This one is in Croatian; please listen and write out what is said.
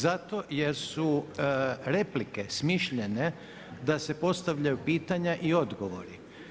Zato jer su replike smišljene da se postavljaju pitanja i odgovori.